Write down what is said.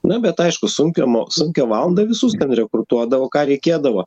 na bet aišku sunkią mo sunkią valandą visus ten rekrutuodavo ką reikėdavo